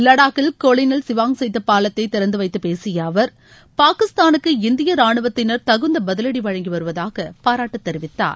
லடாக்கில் கொலினல் சிவாங்சேத்து பாலத்தை திறந்து வைத்துப் பேசிய அவர் பாகிஸ்தானுக்கு இந்திய ராணுவத்தினர் தகுந்த பதிலடி வழங்கி வருவதாக பாராட்டு தெரிவித்தார்